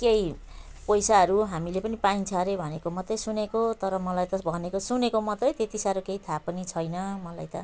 केही पैसाहरू हामीले पनि पाइन्छ हरे भनेको मात्र सुनेको तर मलाई त भनेको सुनेको मात्र त्यति साह्रो केही थाहा पनि छैन मलाई त